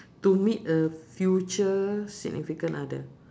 to meet a future significant other